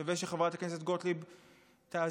שווה שחברת הכנסת גוטליב תאזין,